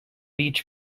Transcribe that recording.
each